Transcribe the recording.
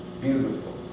beautiful